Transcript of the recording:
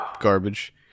garbage